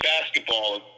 basketball